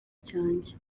cyanjye